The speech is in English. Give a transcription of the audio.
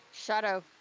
Shadow